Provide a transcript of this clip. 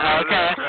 okay